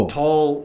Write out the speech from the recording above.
tall